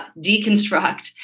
deconstruct